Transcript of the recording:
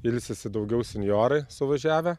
ilsisi daugiau senjorai suvažiavę